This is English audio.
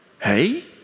Hey